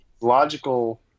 logical